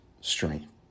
strength